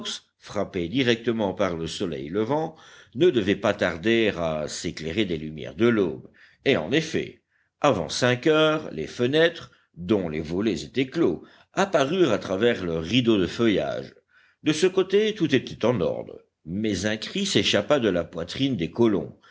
frappée directement par le soleil levant ne devait pas tarder à s'éclairer des lumières de l'aube et en effet avant cinq heures les fenêtres dont les volets étaient clos apparurent à travers leurs rideaux de feuillage de ce côté tout était en ordre mais un cri s'échappa de la poitrine des colons